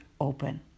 Open